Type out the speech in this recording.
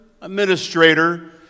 administrator